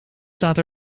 staat